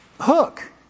hook